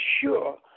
sure